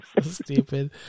Stupid